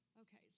Okay